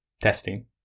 testing